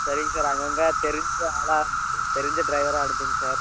சரிங்க சார் அங்கங்கே தெரிஞ்ச ஆளாக தெரிஞ்ச ட்ரைவராக அனுப்புங்கள் சார்